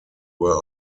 were